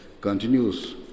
continues